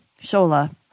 Shola